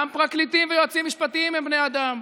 גם פרקליטים ויועצים משפטיים הם בני אדם,